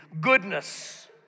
goodness